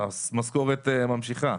המשכורות ממשיכה.